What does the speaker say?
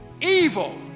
evil